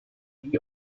see